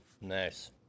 Nice